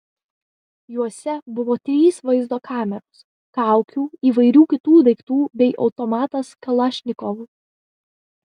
juose buvo trys vaizdo kameros kaukių įvairių kitų daiktų bei automatas kalašnikov